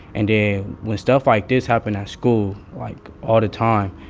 and then when stuff like this happen at school, like, all the time,